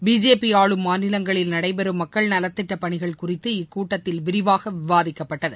BJP ஆளும் மாநிலங்களில் நடைபெறும் மக்கள் நலத் திட்ட பணிகள் குறித்து இக்கூட்டத்தில் விரிவாக விவாதிக்கப்பட்டது